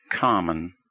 common